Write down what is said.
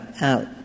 out